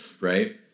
right